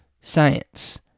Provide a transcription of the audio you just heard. science